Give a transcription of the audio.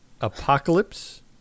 apocalypse